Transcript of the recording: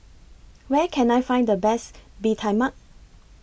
Where Can I Find The Best Bee Tai Mak